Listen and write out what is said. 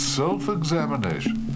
self-examination